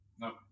No